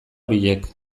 horiek